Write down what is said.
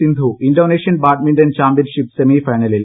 Sindhu Indonesian badminton championship semi ഫൈനലിൽ